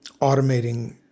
automating